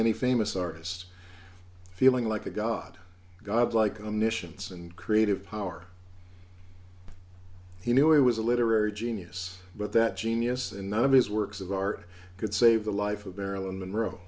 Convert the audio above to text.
any famous artist feeling like a god god like omniscience and creative power he knew it was a literary genius but that genius and none of his works of art could save the life of marilyn monroe